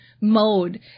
mode